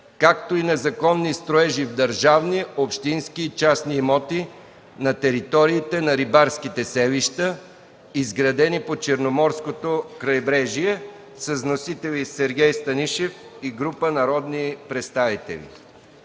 както и на законни строежи в държавни, общински и частни имоти на териториите на рибарските селища, изградени по Черноморското крайбрежие. Вносители – Сергей Станишев и група народни представители.